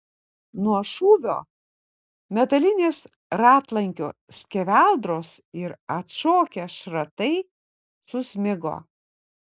nuo šūvio metalinės ratlankio skeveldros ir atšokę šratai susmigo